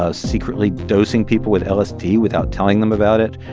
ah secretly dosing people with lsd without telling them about it.